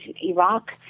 Iraq